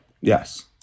Yes